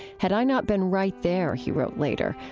had i not been right there, he wrote later,